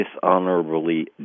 dishonorably